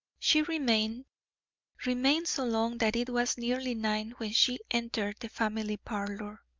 she remained remained so long that it was nearly nine when she entered the family parlour.